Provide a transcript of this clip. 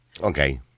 Okay